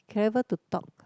clever to talk